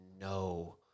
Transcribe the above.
no